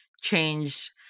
changed